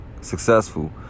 successful